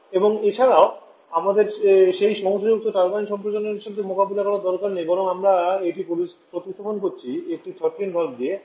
এবং এছাড়াও আমাদের সেই সমস্যাযুক্ত টারবাইন সম্প্রসারণের সাথে মোকাবিলা করার দরকার নেই বরং আমরা এটি প্রতিস্থাপন করছি একটি থ্রোটলিং ভালভ দিয়ে